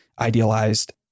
idealized